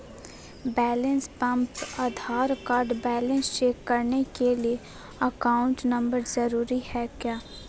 Balance pump Aadhaar card balance check करने के लिए अकाउंट नंबर जरूरी है क्या?